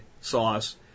sauce